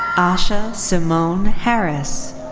asha simone harris.